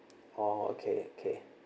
orh okay okay